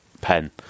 pen